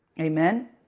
Amen